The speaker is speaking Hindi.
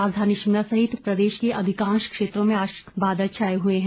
राजधानी शिमला सहित प्रदेश के अधिकांश क्षेत्रों में आज बादल छाए हुए हैं